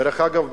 דרך אגב,